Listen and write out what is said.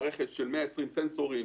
זאת מערכת עם 120 סנסורים,